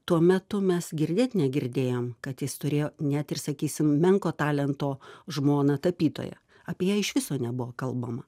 tuo metu mes girdėt negirdėjom kad jis turėjo net ir sakysim menko talento žmoną tapytoją apie ją iš viso nebuvo kalbama